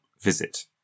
visit